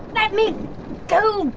let me go,